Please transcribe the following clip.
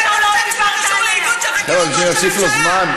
שאני אוסיף לו זמן?